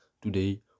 today